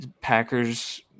Packers